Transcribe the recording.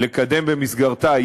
לקדם במסגרתה,